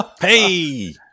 Hey